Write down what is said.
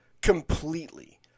Completely